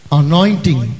anointing